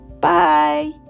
Bye